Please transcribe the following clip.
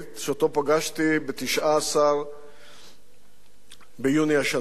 שאותו פגשתי ב-19 ביוני השנה,